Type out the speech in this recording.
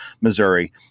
Missouri